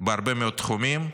בהרבה מאוד תחומים,